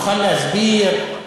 תוכל להסביר?